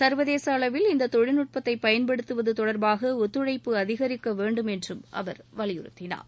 சர்வதேச அளவில் இந்த தொழில்நுட்பத்தை பயன்படுத்துவது தொடா்பாக ஒத்துழைப்பு அதிகரிக்க வேண்டும் என்றும் அவர் வலியுறுத்தினார்